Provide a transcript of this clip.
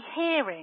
hearing